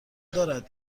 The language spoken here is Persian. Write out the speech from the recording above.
دارد